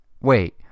Wait